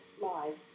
live